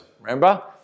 Remember